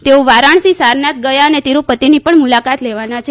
તેઓ વારાણસી સારનાથ ગયા અને તિરૂપતિ ની પણ મુલાકાત લેવાયા છે